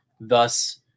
thus